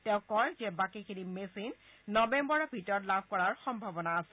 তেওঁ কয় যে বাকীখিনি মেচিন নৱেম্বৰৰ ভিতৰত লাভ কৰাৰ সম্ভাৱনা আছে